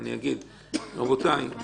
יש